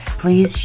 please